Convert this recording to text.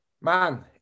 Man